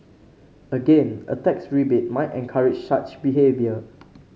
again a tax rebate might encourage such behaviour